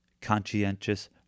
Conscientious